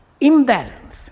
imbalance